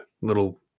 little